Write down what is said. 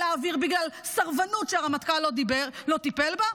האוויר בגלל סרבנות שהרמטכ"ל לא טיפל בה?